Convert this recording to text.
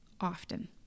often